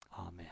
amen